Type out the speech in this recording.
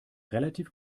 relativ